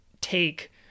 take